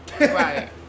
Right